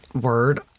word